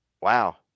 wow